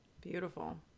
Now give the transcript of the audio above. Beautiful